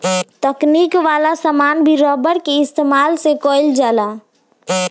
तकनीक वाला समान में भी रबर के इस्तमाल कईल जाता